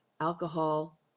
alcohol